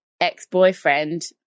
ex-boyfriend